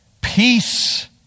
peace